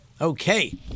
Okay